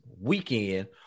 weekend